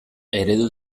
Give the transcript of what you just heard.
eredu